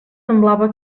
semblava